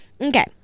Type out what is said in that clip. Okay